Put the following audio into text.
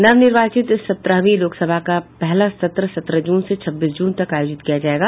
नवनिर्वाचित सत्रहवीं लोकसभा का पहला सत्र सत्रह जून से छब्बीस जून तक आयोजित किया जाएगा